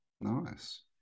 Nice